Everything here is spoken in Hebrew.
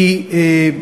כי,